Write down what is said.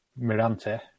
Mirante